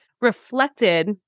reflected